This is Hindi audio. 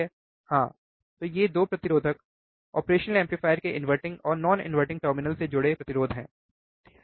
हां तो ये 2 प्रतिरोधक ऑपरेशनल एम्पलीफायर के inverting और non inverting टर्मिनल से जुड़े प्रतिरोध हैं सही